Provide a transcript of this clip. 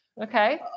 Okay